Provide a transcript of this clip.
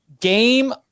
Game